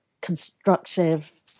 constructive